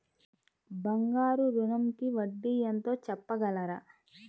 బంగారు ఋణంకి వడ్డీ ఎంతో చెప్పగలరా?